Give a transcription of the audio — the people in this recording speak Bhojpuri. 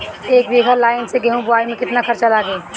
एक बीगहा लाईन से गेहूं बोआई में केतना खर्चा लागी?